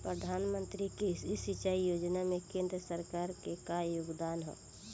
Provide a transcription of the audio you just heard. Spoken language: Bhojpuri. प्रधानमंत्री कृषि सिंचाई योजना में केंद्र सरकार क का योगदान ह?